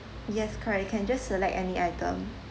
yes correct you can just select any item